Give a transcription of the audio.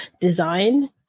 design